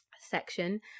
section